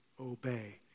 obey